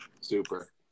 Super